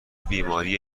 بیماری